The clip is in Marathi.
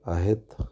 आहेत